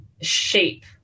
shape